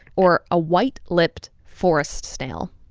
or a white-lipped forest snail.